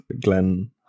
Glenn